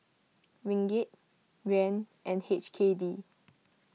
Ringgit Yuan and H K D